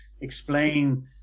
explain